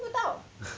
听不到